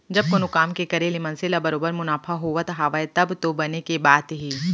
जब कोनो काम के करे ले मनसे ल बरोबर मुनाफा होवत हावय तब तो बने के बात हे